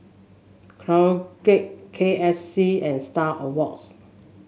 Colgate K S C and Star Awards